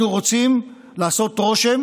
אנחנו רוצים לעשות רושם